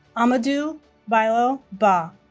amadou bailo bah